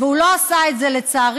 והוא לא עשה את זה, לצערי.